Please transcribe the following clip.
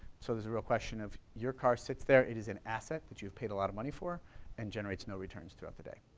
so there's a real question of your car sits there, it is an asset that you've paid a lot of money for and generates no returns throughout the day.